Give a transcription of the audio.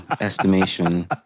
estimation